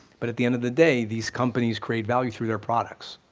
but at the end of the day these companies create value through their products.